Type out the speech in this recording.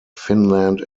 finland